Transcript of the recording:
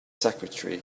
secretary